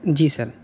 جی سر